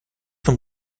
von